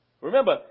Remember